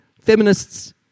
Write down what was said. feminists